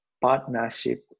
partnership